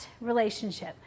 Relationship